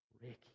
Ricky